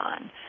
on